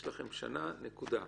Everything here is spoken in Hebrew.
יש לכם שנה, נקודה,